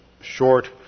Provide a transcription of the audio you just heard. short